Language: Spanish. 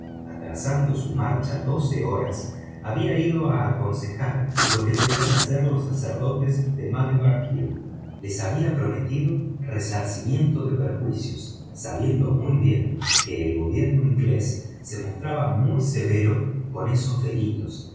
atrasando su marcha doce horas había ido a aconsejar lo que debían hacer los sacerdotes de malebar hili les había prometido resarcimiento de perjuicios sabiendo muy bien que el gobierno inglés se mostraba muy severo con esos delitos